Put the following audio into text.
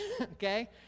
okay